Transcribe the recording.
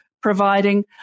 providing